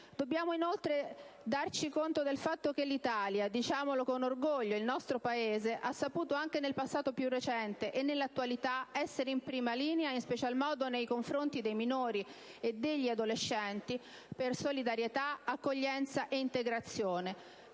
Dobbiamo inoltre darci conto del fatto che l'Italia, diciamolo con orgoglio, il nostro Paese, ha saputo anche nel passato più recente e nell'attualità essere in prima linea, in special modo nei confronti dei minori e degli adolescenti, per solidarietà, accoglienza e integrazione: